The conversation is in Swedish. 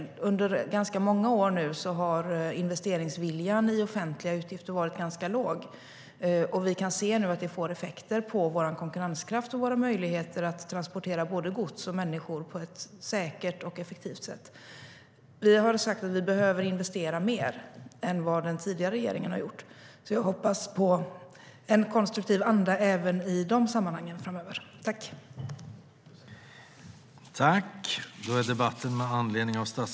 Under ganska många år har investeringsviljan i offentliga utgifter varit ganska låg. Vi kan se nu att det får effekter på vår konkurrenskraft och på våra möjligheter att transportera både gods och människor på ett säkert och effektivt sätt. Överläggningen var härmed avslutad.